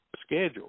schedule